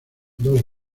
dos